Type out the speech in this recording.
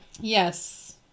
Yes